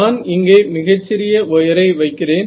நான் இங்கே மிகச்சிறிய வயரை வைக்கிறேன்